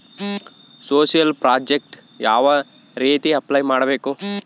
Social project ಯಾವ ರೇತಿ apply ಮಾಡಬೇಕು?